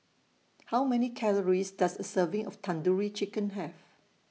How Many Calories Does A Serving of Tandoori Chicken Have